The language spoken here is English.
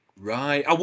right